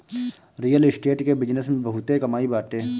real estate के business में बहुते कमाई बाटे